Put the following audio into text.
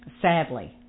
sadly